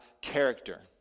character